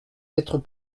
d’être